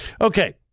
Okay